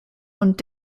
und